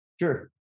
Sure